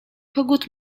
kogut